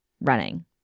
running